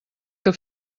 que